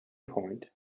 point